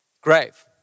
grave